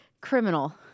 Criminal